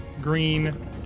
green